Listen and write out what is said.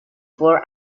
for